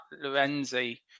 Lorenzi